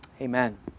Amen